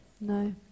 no